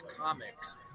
comics